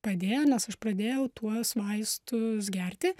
padėjo nes aš pradėjau tuos vaistus gerti